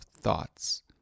thoughts